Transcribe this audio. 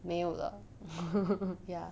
没有了 ya